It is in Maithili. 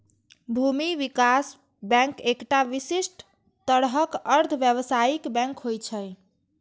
भूमि विकास बैंक एकटा विशिष्ट तरहक अर्ध व्यावसायिक बैंक होइ छै